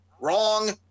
Wrong